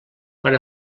quan